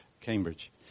Cambridge